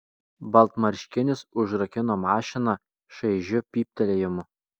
baltmarškinis užrakino mašiną šaižiu pyptelėjimu